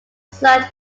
site